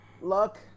Luck